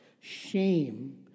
Shame